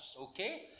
okay